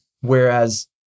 Whereas